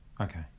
Okay